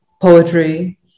poetry